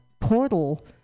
portal